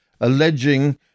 alleging